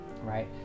right